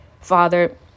Father